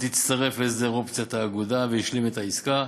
יצטרף להסדר אופציית האגודה והשלים את העסקה,